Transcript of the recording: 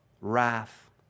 Wrath